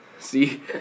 See